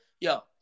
Yo